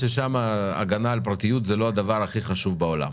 שבו ההגנה על הפרטיות היא לא הדבר הכי חשוב בעולם,